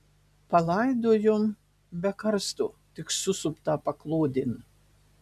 palaidojom be karsto tik susuptą paklodėn